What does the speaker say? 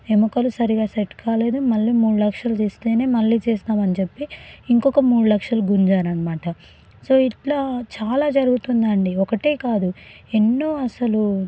ఎముకలు సరిగా సెట్ కాలేదు మళ్ళీ మూడు లక్షలు తెస్తేనే మళ్ళీ చేస్తామని చెప్పి ఇంకొక మూడు లక్షలు గుంజారనమాట సో ఇట్లా చాలా జరుగుతుంది అండి ఒకటే కాదు ఎన్నో అసలు